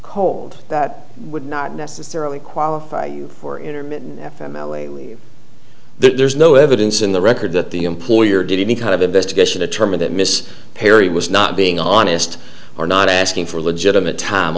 cold that would not necessarily qualify you for intermittent f m l a we there's no evidence in the record that the employer did any kind of investigation a term that miss perry was not being honest or not asking for legitimate time